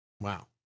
Wow